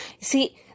See